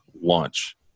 launch